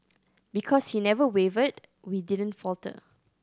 because he never wavered we didn't falter